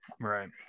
right